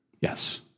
Yes